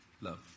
Love